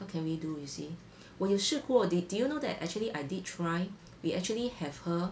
what can we do you see 我有试过 did did you know that actually I did try we actually have her